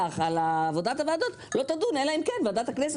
על עבודת הוועדות לא תדון אלא אם כן ועדת הכנסת